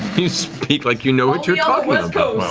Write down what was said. you speak like you know what you're yeah